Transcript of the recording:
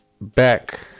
back